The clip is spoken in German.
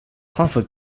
frankfurt